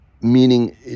meaning